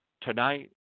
Tonight